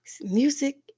Music